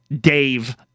Dave